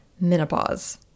menopause